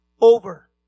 over